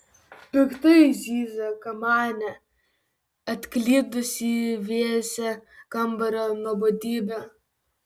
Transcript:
piktai zyzia kamanė atklydusi į vėsią kambario nuobodybę